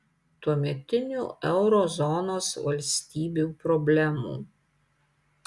tuometinių euro zonos valstybių problemų